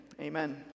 Amen